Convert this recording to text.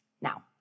Now